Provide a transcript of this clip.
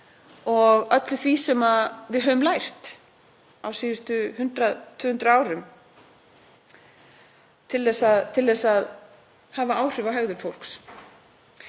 og öllu því sem við höfum lært á síðustu 100–200 árum til að hafa áhrif á hegðun fólks.